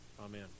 Amen